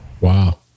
Wow